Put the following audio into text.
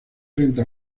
frente